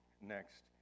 next